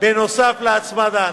בנוסף להצמדה.